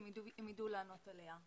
הם ידעו לענות עליה.